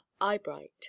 Eyebright